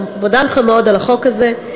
אני מודה לך מאוד על החוק הזה.